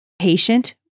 patient